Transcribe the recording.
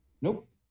nope